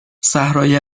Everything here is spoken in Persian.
صحرای